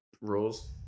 rules